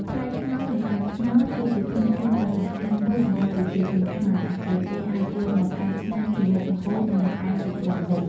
ផ្លែត្នោត និងដើមត្នោត គឺជាធនធានដ៏សំខាន់មួយសម្រាប់ប្រជាជនខ្មែរ ដោយគេអាចយកមកកែច្នៃជាមុខម្ហូប និងបង្អែមជាច្រើនមុខ។